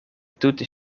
tute